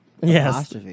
Yes